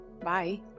Bye